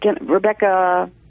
Rebecca